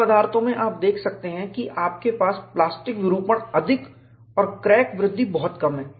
कुछ पदार्थों में आप देख सकते हैं कि आपके पास प्लास्टिक विरूपण अधिक और क्रैक वृद्धि बहुत कम है